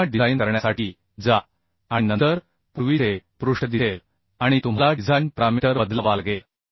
पुन्हा डिझाइन करण्यासाठी जा आणि नंतर पूर्वीचे पृष्ठ दिसेल आणि तुम्हाला डिझाइन पॅरामीटर बदलावा लागेल